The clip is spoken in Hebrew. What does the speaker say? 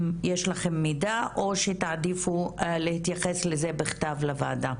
אם יש לכם מידע או שתעדיפו להתייחס לזה בכתב לוועדה.